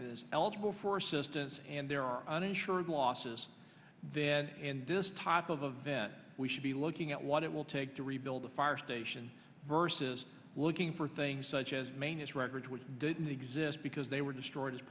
is eligible for assistance and there are uninsured losses then in this type of event we should be looking at what it will take to rebuild the fire station versus looking for things such as manus redbridge which didn't exist because they were destroyed as